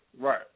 Right